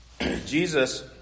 Jesus